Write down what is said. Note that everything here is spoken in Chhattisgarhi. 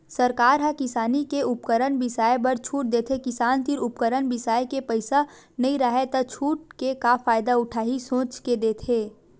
सरकार ह किसानी के उपकरन बिसाए बर छूट देथे किसान तीर उपकरन बिसाए के पइसा नइ राहय त छूट के का फायदा उठाही सोच के देथे